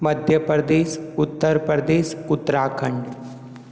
Madhya Pradesh Uttar Pradesh Uttarakhand